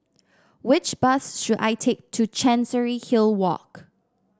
which bus should I take to Chancery Hill Walk